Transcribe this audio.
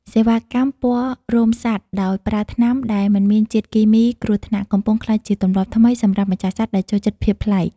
សេវាកម្មពណ៌រោមសត្វដោយប្រើថ្នាំដែលមិនមានជាតិគីមីគ្រោះថ្នាក់ កំពុងក្លាយជាទម្លាប់ថ្មីសម្រាប់ម្ចាស់សត្វដែលចូលចិត្តភាពប្លែក។